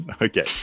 Okay